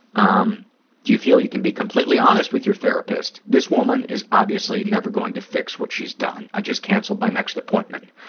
um you feel you can be completely honest with your therapist? this woman is obviously never going to fix what she's done. i just canceled my next appointment.